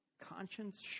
conscience